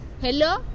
hello